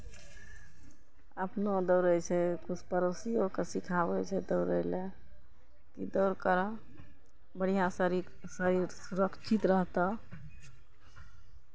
अपनो दौड़ै छै किछु पड़ोसियोकेँ सिखाबै छै दौड़य लेल दौड़ करह बढ़िआँ शरीर शरीर सुरक्षित रहतह